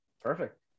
Perfect